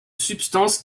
substance